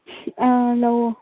ꯑꯥ ꯂꯧꯑꯣ